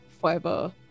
Forever